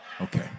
Okay